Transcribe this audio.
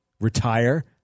retire